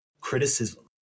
criticism